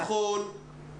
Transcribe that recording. נכון.